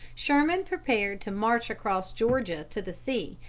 sherman prepared to march across georgia to the sea,